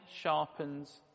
sharpens